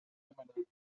emanating